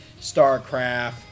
StarCraft